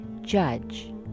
Judge